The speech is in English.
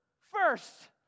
first